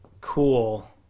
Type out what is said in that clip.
cool